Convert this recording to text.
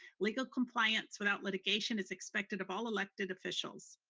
legal compliance without litigation is expected of all elected officials.